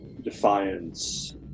defiance